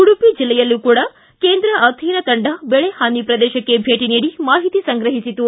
ಉಡುಪಿ ಜಿಲ್ಲೆಯಲ್ಲಿ ಕೇಂದ್ರ ಅಧ್ಯಯನ ತಂಡ ಬೆಳೆ ಹಾನಿ ಪ್ರದೇಶಕ್ಷೆ ಭೇಟಿ ನೀಡಿ ಮಾಹಿತಿ ಸಂಗ್ರಹಿಸಿತು